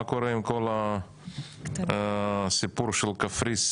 מה קורה עם כל הסיפור של קפריסין,